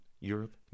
Europe